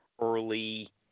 early